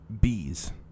bees